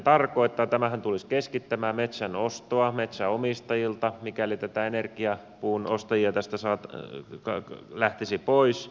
tämähän tulisi keskittämään metsän ostoa metsänomistajilta mikäli energiapuun ostajia tästä lähtisi pois